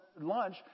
lunch